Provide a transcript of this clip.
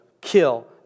kill